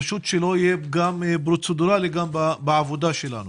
פשוט שלא יהיה פגם פרוצדוראלי גם בעבודה שלנו.